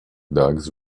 dogs